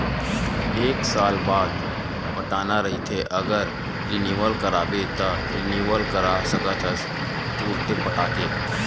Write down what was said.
एक साल बाद पटाना रहिथे अगर रिनवल कराबे त रिनवल करा सकथस तुंरते पटाके